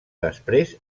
després